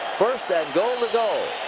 first and goal to go.